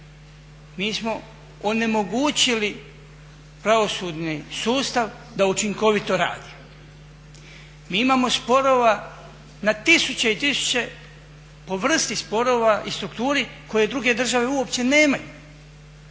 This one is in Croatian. Mi smo onemogućili pravosudni sustav da učinkovito radi. Mi imamo sporova na tisuće i tisuće, po vrsti sporova i strukturi koje druge države uopće nemaju